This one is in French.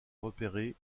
repérer